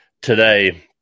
today